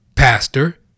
pastor